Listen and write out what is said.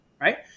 right